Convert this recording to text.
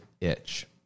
itch